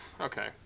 Okay